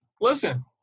listen